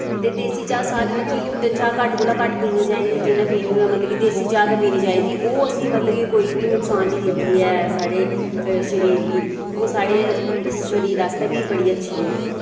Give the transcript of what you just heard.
ते देसी चाह् सारे मतलब कि लिप्टन चाह् घट्ट कोला घट्ट पीनी चाहिदी जि'नें पीनी होऐ मतलब कि देसी चाह् गै पीनी चाहिदी ओह् असें मतलब कि कोई बी नुक्सान निं दिंदी ऐ साढ़े शरीर गी ओह् साढ़े शरीर आस्तै बी बड़ी अच्छी ऐ